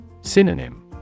Synonym